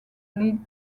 league